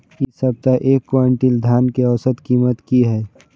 इ सप्ताह एक क्विंटल धान के औसत कीमत की हय?